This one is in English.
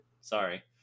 Sorry